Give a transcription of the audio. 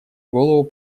голову